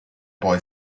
boy